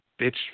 bitch